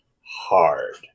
hard